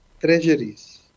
treasuries